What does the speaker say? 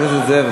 חבר הכנסת זאב,